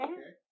Okay